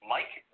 Mike